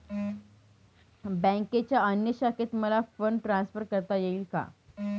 बँकेच्या अन्य शाखेत मला फंड ट्रान्सफर करता येईल का?